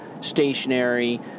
stationary